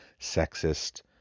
sexist